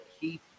keep